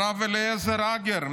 הרב אליעזר הגר,